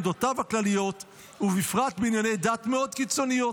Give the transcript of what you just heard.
עמדותיו הכלליות ובפרט בענייני דת מאוד קיצוניות,